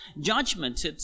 judgment